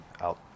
out